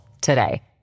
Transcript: today